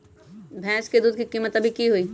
भैंस के दूध के कीमत अभी की हई?